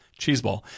cheeseball